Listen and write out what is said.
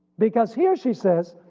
because here she says.